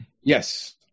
yes